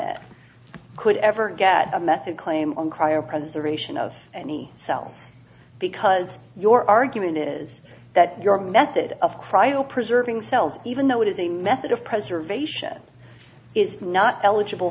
it could ever get a method claim on prior preservation of any cells because your argument is that your method of cryo preserving cells even though it is a method of preservation is not eligible